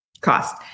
cost